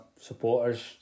supporters